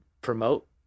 promote